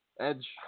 Edge